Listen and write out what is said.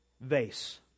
vase